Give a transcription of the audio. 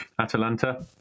Atalanta